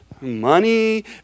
Money